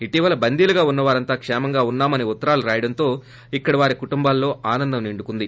ఇటీవల బందీలుగా ఉన్న వారంతా కేమంగా ఉన్నా మని ఉత్తరాలు రాయడంతో ఇక్కడి వారి కుటుంబాల్లో ఆనందం నిండుకుంది